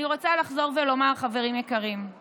אבל אי-אפשר לשסע את הנאום כל הזמן.